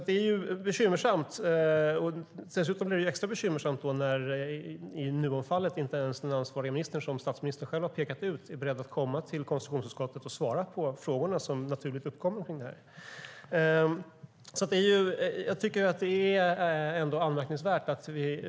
Det är alltså bekymmersamt, och det blir extra bekymmersamt i Nuonfallet när inte ens den ansvariga ministern, som statsministern själv har pekat ut, är beredd att komma till konstitutionsutskottet och svara på de frågor som naturligt uppkommer kring detta. Jag tycker att det ändå är anmärkningsvärt.